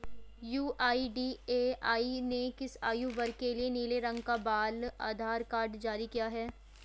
UIDAI ने किस आयु वर्ग के लिए नीले रंग का बाल आधार कार्ड जारी किया है?